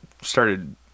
started